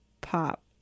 pop